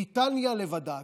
בריטניה לבדה.